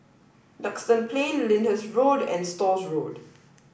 Duxton Plain Lyndhurst Road and Stores Road